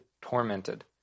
tormented